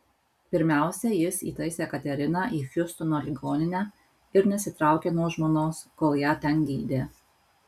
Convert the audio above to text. pirmiausia jis įtaisė kateriną į hjustono ligoninę ir nesitraukė nuo žmonos kol ją ten gydė